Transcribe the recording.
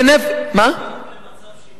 בהינף, זה בניגוד למצב שהתקיים